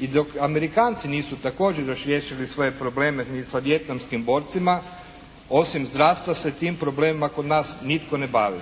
I dok Amerikanci nisu također još riješili svoje probleme ni sa Vijetnamskim borcima osim zdravstva se tim problemima kod nas nitko ne bavi.